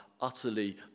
utterly